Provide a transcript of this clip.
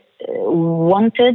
Wanted